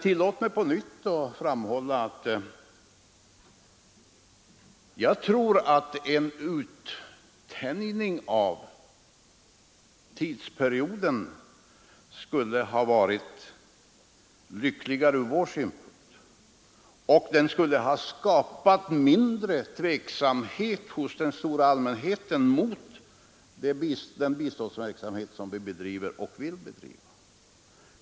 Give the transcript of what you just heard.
Tillåt mig på nytt framhålla att jag tror att en uttänjning av tidsperioden skulle ha varit lyckligare ur vår synpunkt. Det skulle ha skapat mindre tveksamhet hos allmänheten mot den biståndsverksamhet som vi bedriver och vill bedriva.